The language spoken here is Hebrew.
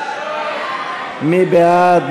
מי בעד?